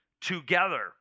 together